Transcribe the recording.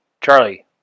Charlie